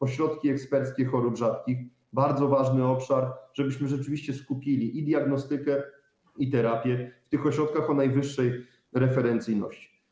Ośrodki eksperckie chorób rzadkich, bardzo ważny obszar, żebyśmy rzeczywiście skupili i diagnostykę, i terapię w ośrodkach o najwyższej referencyjności.